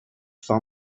saw